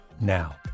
now